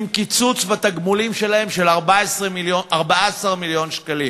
עם קיצוץ בתגמולים שלהם בסך 14 מיליון שקלים,